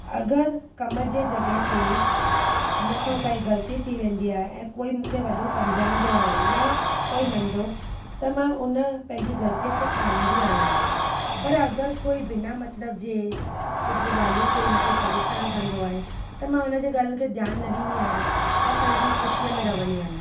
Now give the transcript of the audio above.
अगरि कम जे जॻहि ते मूंखा काई ग़लती थी वेंदी आहे ऐं कोई मूंखे वॾो समझाईंदो आहे या कोई नंढ़ो त मां उन पंहिंजी ग़लतीअ खे ठाहींदी आहियां पर अगरि कोई बिना मतिलब जे कुझु ॻाल्हियूं चई मूंखे परेशान कंदो आहे त मां हुन खे ॻाल्हियुनि खे ध्यान न ॾींदी आहियां ऐं पंहिंजी ख़ुशीअ में रहंदी आहियां